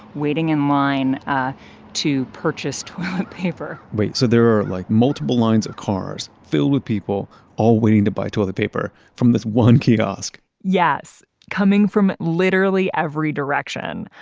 waiting in line ah to purchase toilet paper. wait, so there are like multiple lines of cars filled with people all waiting to buy toilet paper from this one kiosk? yes! coming from literally every direction.